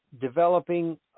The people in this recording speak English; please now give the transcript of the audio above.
developing